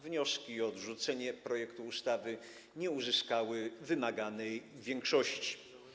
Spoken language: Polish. Wnioski o odrzucenie projektu ustawy nie uzyskały wymaganej większości.